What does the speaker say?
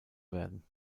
werden